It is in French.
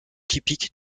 typique